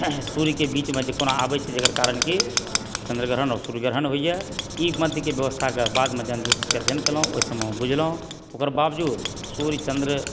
सूर्यके बीचम जे कोना आबए छै जेकर कारणकि चंद्रग्रहण आ सूर्यग्रहण होइए ई मध्यके व्यवस्थाके जहन बादमे ज्योतिषके अध्ययन केलहुँ ओहि समयमे बुझलहुँ ओकर बाबजूद सूर्य चंद्र